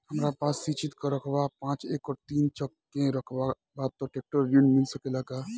हमरा पास सिंचित रकबा पांच एकड़ तीन चक में रकबा बा त ट्रेक्टर ऋण मिल सकेला का?